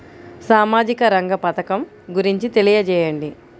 సామాజిక రంగ పథకం గురించి తెలియచేయండి?